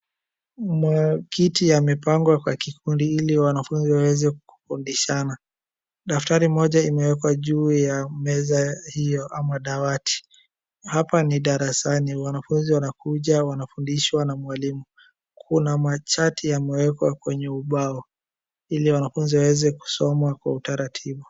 Makiti yamepangwa kwa vikundi ili wanafunzi waweze kufundishana. Daftari moja imewekwa juu ya meza hiyo ama dawati hapa ni darasani wanafunzi wanakuja wanafundishwa na mwalimu. Kuna machati yamewekwa kwenye ubao ili wanafunzi waweze kusoma kwa utaratibu.